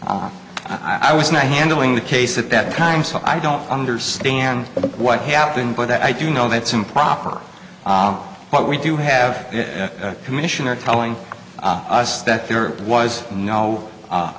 i was not handling the case at that time so i don't understand what happened but i do know that's improper what we do have a commissioner telling us that there was no